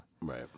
Right